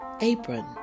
Apron